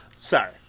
Sorry